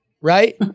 right